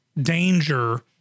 danger